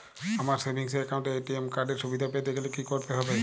আমার savings account এ ATM card এর সুবিধা পেতে গেলে কি করতে হবে?